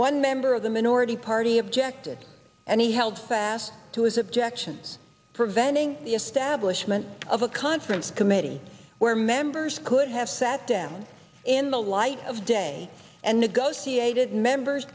one member of the minority party objected and he held fast to his objections preventing the establishment of a conference committee where members could have sat down in the light of day and negotiated members